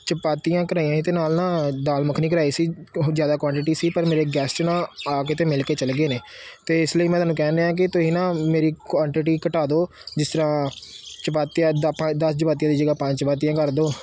ਚਪਾਤੀਆਂ ਕਰਾਈਆਂ ਅਤੇ ਨਾਲ ਨਾ ਦਾਲ ਮੱਖਣੀ ਕਰਵਾਈ ਸੀ ਉਹ ਜ਼ਿਆਦਾ ਕੁਆਂਟਿਟੀ ਸੀ ਪਰ ਮੇਰੇ ਗੈਸਟ ਨਾ ਆ ਕੇ ਅਤੇ ਮਿਲ ਕੇ ਚਲੇ ਗਏ ਨੇ ਅਤੇ ਇਸ ਲਈ ਮੈਂ ਤੁਹਾਨੂੰ ਕਹਿਣ ਡਿਆਂ ਕਿ ਤੁਸੀਂ ਨਾ ਮੇਰੀ ਕੁਆਂਟਿਟੀ ਘਟਾ ਦਿਓ ਜਿਸ ਤਰ੍ਹਾਂ ਚਪਾਤੀਆਂ ਦ ਪੰਜ ਦਸ ਚਪਾਤੀਆਂ ਦੀ ਜਗ੍ਹਾ ਪੰਜ ਚਪਾਤੀਆਂ ਕਰ ਦਿਓ